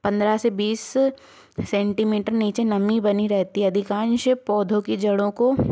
पंद्रह से बीस सेंटीमीटर नीचे नमी बनी रहती है अधिकांश पौधों की जड़ों को